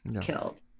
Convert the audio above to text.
killed